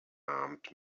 armed